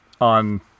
on